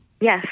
Yes